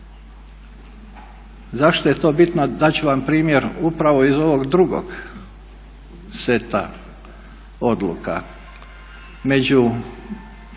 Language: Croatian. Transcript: Zašto je to bitno? Dat ću vam primjer upravo iz ovog drugog seta odluka.